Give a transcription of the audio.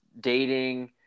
dating